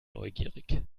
neugierig